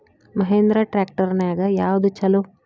Mahindra tractor ನ್ಯಾಗ ಯಾವ್ದ ಛಲೋ?